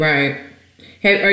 Right